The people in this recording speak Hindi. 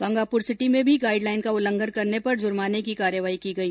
गंगापुर सिटी में भी गाइडलाईन का उल्लघंन करने पर जुर्माने की कार्यवाही की गई